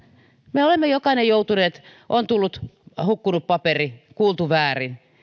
me olemme jokainen joutuneet tilanteeseen että on hukkunut paperi kuultu väärin